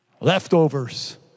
Leftovers